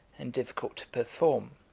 and difficult to perform.